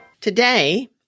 Today